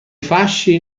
fasci